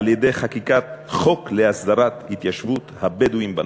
בחקיקת חוק להסדרת התיישבות הבדואים בנגב.